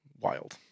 Wild